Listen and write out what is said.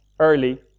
early